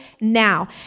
now